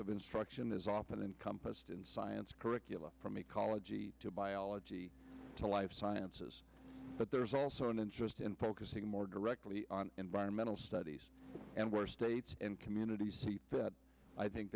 of instruction is often encompassed in science curricula from ecology to biology to life sciences but there's also an interest in focusing more directly on environmental studies and where states and communities i think